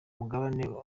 mugabane